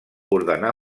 ordenà